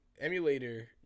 emulator